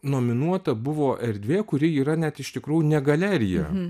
nominuota buvo erdvė kuri yra net iš tikrųjų ne galerija